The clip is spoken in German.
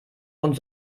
grund